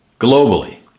Globally